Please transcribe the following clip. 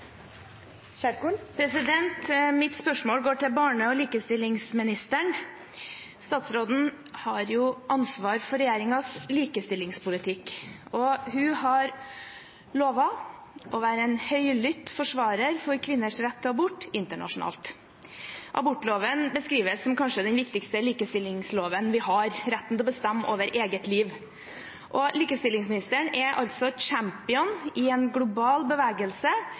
Mitt spørsmål går til barne- og likestillingsministeren. Statsråden har ansvar for regjeringens likestillingspolitikk, og hun har lovet å være en høylytt forsvarer for kvinners rett til abort internasjonalt. Abortloven beskrives som den kanskje viktigste likestillingsloven vi har – retten til å bestemme over eget liv. Likestillingsministeren er champion i en global bevegelse